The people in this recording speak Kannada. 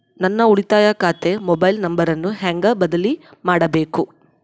ನನ್ನ ಉಳಿತಾಯ ಖಾತೆ ಮೊಬೈಲ್ ನಂಬರನ್ನು ಹೆಂಗ ಬದಲಿ ಮಾಡಬೇಕು?